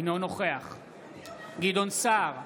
אינו נוכח גדעון סער,